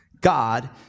God